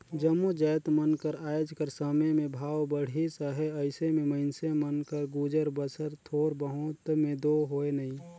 जम्मो जाएत मन कर आएज कर समे में भाव बढ़िस अहे अइसे में मइनसे मन कर गुजर बसर थोर बहुत में दो होए नई